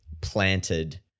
planted